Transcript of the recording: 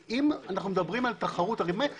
ש-3% זה מעט או הרבה?